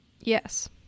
Yes